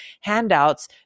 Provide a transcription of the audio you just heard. handouts